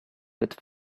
with